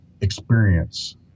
experience